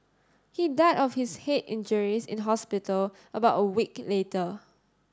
he died of his head injuries in hospital about a week later